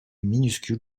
minuscule